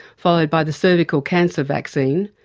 followed by the cervical cancer vaccine,